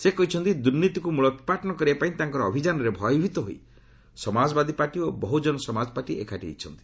ସେ କହିଛନ୍ତି ଦୁର୍ନୀତିକୁ ମୂଳୋତ୍ପାଟନ କରିବା ପାଇଁ ତାଙ୍କର ଅଭିଯାନରେ ଭୟଭୀତ ହୋଇ ସମାଜବାଦୀ ପାର୍ଟି ଓ ବହୁଜନ ସମାଜ ପାର୍ଟି ଏକାଠି ହୋଇଛନ୍ତି